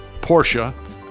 Porsche